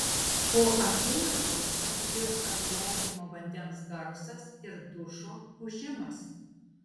po akimirkos pasigirsta nuleidžiamo vandens garsas ir dušo ūžimas